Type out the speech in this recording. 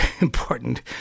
important